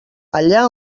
allà